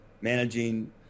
managing